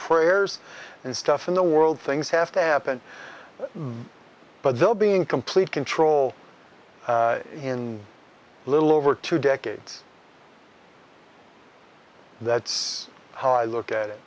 prayers and stuff in the world things have to happen but they'll be in complete control in a little over two decades that's how i look at it